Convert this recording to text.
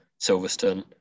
Silverstone